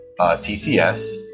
TCS